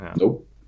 Nope